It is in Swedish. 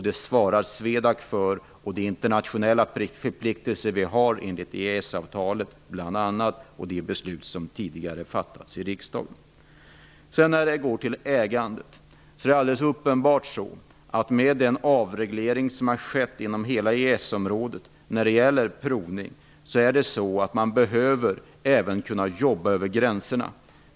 Det svarar SWEDAC för enligt de internationella förpliktelser vi har genom EES avtalet och de beslut som tidigare fattats av riksdagen. Det är alldeles uppenbart att den avreglering som har skett inom EES-området när det gäller provning innebär att man behöver jobba även över gränserna.